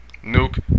nuke